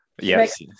Yes